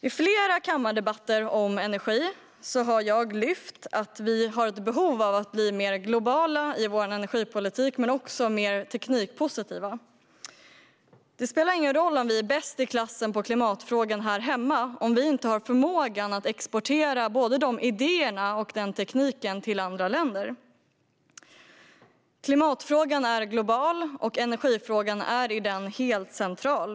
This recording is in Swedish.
I flera kammardebatter om energi har jag lyft fram att det finns ett behov av att vi i Sverige blir mer globala i vår energipolitik och mer teknikpositiva. Det spelar ingen roll om vi är bäst i klassen på klimatfrågan här hemma om vi inte har förmågan att exportera idéerna och tekniken till andra länder. Klimatfrågan är global, och energifrågan är helt central.